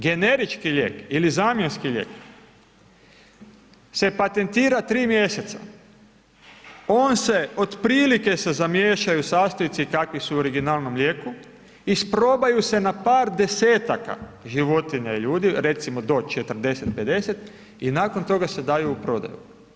Generički lijek ili zamjenski lijek se patentira 3 mjeseca, on se otprilike se zamiješaju sastojci kakvi su u originalnom lijeku, isprobaju se na par desetaka životinja i ljudi, recimo do 40, 50 i nakon toga se daju u prodaju.